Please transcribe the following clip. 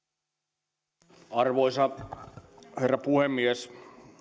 arvoisa herra puhemies